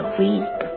weep